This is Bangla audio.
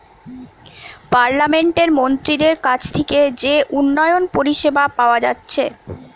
পার্লামেন্টের মন্ত্রীদের কাছ থিকে যে উন্নয়ন পরিষেবা পাওয়া যাচ্ছে